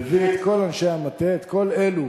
מביא את כל אנשי המטה, את כל אלו